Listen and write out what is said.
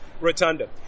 Rotunda